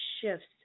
shifts